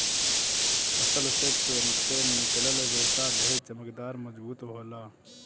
फसल से तुरंते निकलल रेशा ढेर चमकदार, मजबूत होला